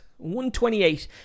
128